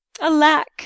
Alack